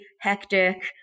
hectic